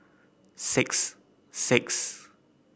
six six